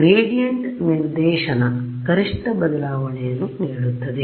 gradient ನಿರ್ದೇಶನ ಗರಿಷ್ಠ ಬದಲಾವಣೆಯನ್ನು ನೀಡುತ್ತದೆ